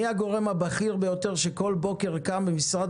מי הגורם הבכיר ביותר שכל בוקר קם במשרד